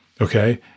Okay